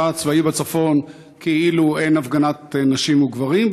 הצבאי בצפון כאילו אין הפגנת נשים וגברים,